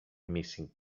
missing